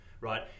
Right